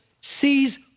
sees